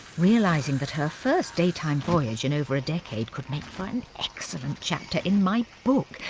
realising that her first daytime voyage in over a decade could make for an excellent chapter in my book,